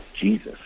Jesus